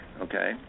Okay